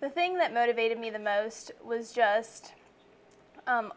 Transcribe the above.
the thing that motivated me the most was just